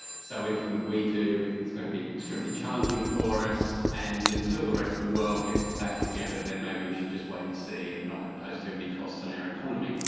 so anything that we do is going to be extremely challenging for us, and until the rest of the world gets its act together then maybe we should just wait and see and not impose too many costs on our economy.